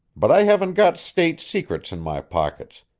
but i haven't got state secrets in my pockets,